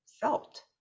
felt